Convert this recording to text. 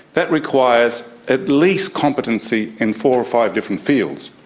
that requires at least competency in four or five different fields.